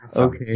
Okay